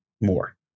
more